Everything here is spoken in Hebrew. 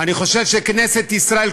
אני חושב שכנסת ישראל,